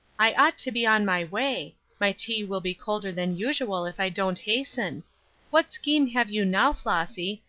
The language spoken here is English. i ought to be on my way my tea will be colder than usual if i don't hasten what scheme have you now, flossy,